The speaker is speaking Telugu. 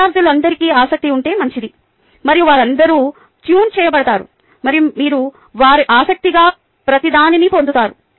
విద్యార్థులందరికీ ఆసక్తి ఉంటే మంచిది మరియు వారందరూ ట్యూన్ చేయబడతారు మరియు వారు ఆసక్తిగా ప్రతిదానిని పొందుతారు